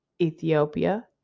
Ethiopia